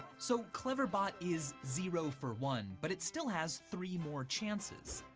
so, cleverbot is zero for one, but it still has three more chances.